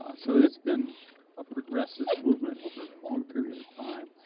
ah so it's been a progressive movement over a long period of time.